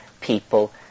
people